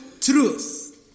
truth